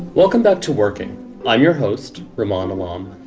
welcome back to working i'm your host, ramon alarm,